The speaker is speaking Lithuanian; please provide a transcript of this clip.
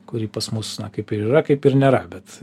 kuri pas mus na kaip ir yra kaip ir nėra bet